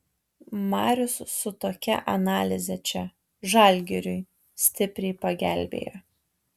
marius su tokia analize čia žalgiriui stipriai pagelbėjo